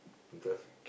because